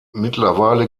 mittlerweile